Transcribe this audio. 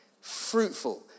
Fruitful